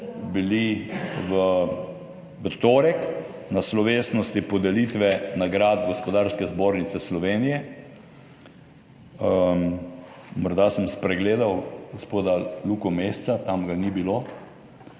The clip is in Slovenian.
bili v torek na slovesnosti podelitve nagrad Gospodarske zbornice Slovenije. Morda sem spregledal gospoda Luko Mesca, tam ga ni bilo,